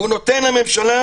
הוא נותן לממשלה